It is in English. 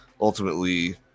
ultimately